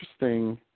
interesting